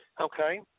Okay